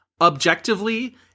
objectively